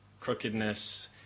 crookedness